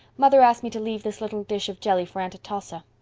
mother asked me to leave this little dish of jelly for aunt atossa.